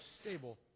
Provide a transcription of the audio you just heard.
stable